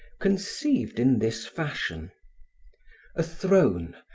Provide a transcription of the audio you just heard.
conceived in this fashion a throne,